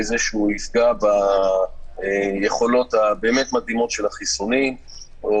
זה שהוא יפגע ביכולות המדהימות של החיסונים או